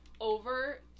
over